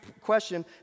question